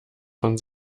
von